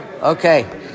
Okay